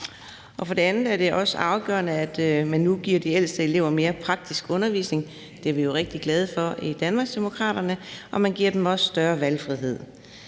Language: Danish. For det andet er det også afgørende, at man nu giver de ældste elever mere praktisk undervisning – det er vi jo rigtig glade for i Danmarksdemokraterne – og man giver dem også større valgfrihed.